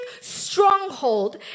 stronghold